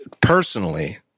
personally